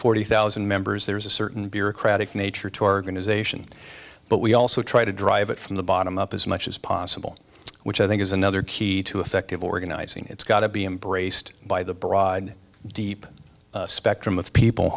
forty thousand members there's a certain bureaucratic nature to organization but we also try to drive it from the bottom up as much as possible which i think is another key to effective organizing it's got to be embraced by the broad deep spectrum of people